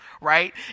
right